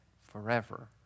forever